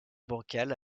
bancal